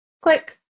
click